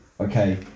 Okay